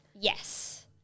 Yes